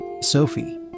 Sophie